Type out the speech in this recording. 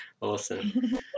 Awesome